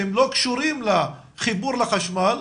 שהם לא קשורים לחיבור לחשמל,